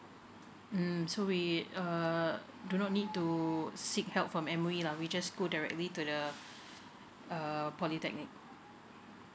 hmm so we uh do not need to seek help from M_O_E lah we just go directly to the err polytechnic